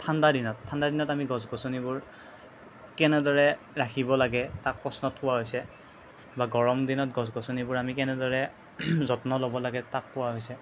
ঠাণ্ডা দিনত ঠাণ্ডা দিনত আমি গছ গছনিবোৰ কেনেদৰে ৰাখিব লাগে তাক প্ৰশ্নত কোৱা হৈছে বা গৰম দিনত গছ গছনিবোৰ আমি কেনেদৰে যত্ন ল'ব লাগে তাক কোৱা হৈছে